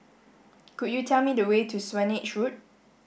could you tell me the way to Swanage Road